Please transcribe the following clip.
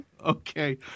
Okay